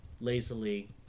lazily